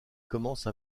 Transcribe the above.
commence